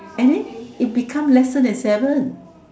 and then it become lesser than seven